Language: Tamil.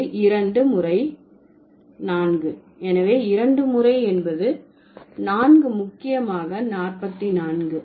அது இரண்டு முறை நான்கு எனவே இரண்டு முறை என்பது நான்கு முக்கியமாக நாற்பத்தி நான்கு